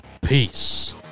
peace